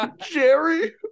Jerry